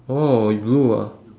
oh you blue ah